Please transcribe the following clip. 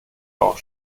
auch